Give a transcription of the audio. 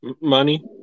money